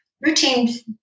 routines